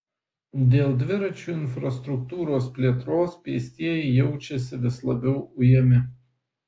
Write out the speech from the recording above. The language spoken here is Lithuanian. dėl dviračių infrastruktūros plėtros pėstieji jaučiasi vis labiau ujami